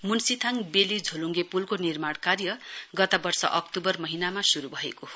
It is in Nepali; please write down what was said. मुन्शिथाङ बेली झोलुङ्गे पुलको निर्माण कार्य गत वर्ष अक्तूबर महीनामा शुरु भएको हो